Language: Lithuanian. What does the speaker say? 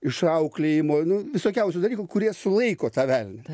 išauklėjimo nu visokiausių dalykų kurie sulaiko tą velnią